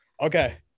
Okay